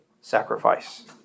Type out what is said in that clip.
sacrifice